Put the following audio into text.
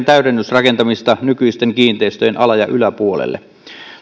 täydennysrakentamista nykyisten kiinteistöjen ala ja yläpuolelle